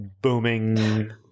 booming